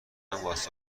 واسه